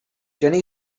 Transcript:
jenny